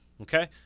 Okay